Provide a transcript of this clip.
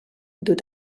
dut